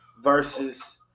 versus